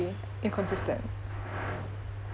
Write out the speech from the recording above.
inconsistent